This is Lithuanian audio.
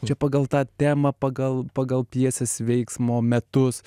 čia pagal tą temą pagal pagal pjesės veiksmo metus